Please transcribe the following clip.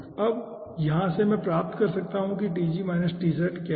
अब यहाँ से मैं प्राप्त कर सकता हूँ कि क्या है